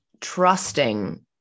trusting